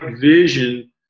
vision